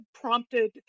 prompted